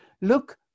Look